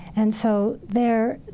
and so there,